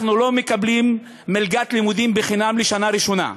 אנחנו לא מקבלים מלגת לימודים בחינם לשנה הראשונה.